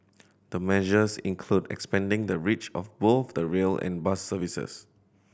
the measures include expanding the reach of both the rail and bus services